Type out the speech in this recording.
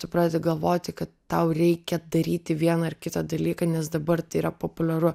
tu pradedi galvoti kad tau reikia daryti vieną ar kitą dalyką nes dabar tai yra populiaru